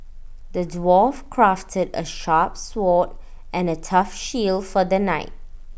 the dwarf crafted A sharp sword and A tough shield for the knight